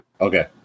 Okay